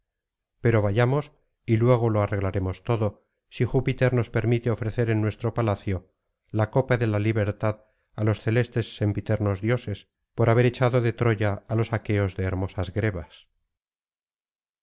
pero vayamos y luego lo arreglaremos todo si júpiter nos permite ofrecer en nuestro palacio la copa de la libertad á los celestes sempiternos dioses por haber echado de troya á los aqueos de hermosas grebas